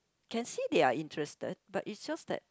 can see they are interested but it's just that